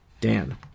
Dan